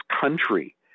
country